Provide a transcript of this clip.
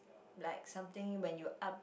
like something when you up